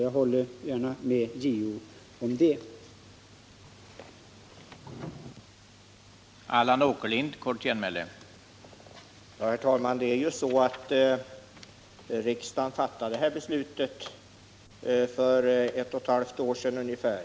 Jag håller gärna med JO om det.